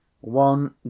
One